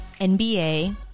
NBA